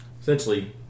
essentially